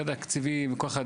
תקציבים וכל אחד,